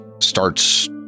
starts